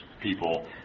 people